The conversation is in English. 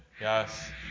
Yes